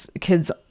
kids